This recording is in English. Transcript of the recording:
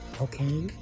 okay